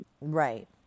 Right